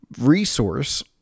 resource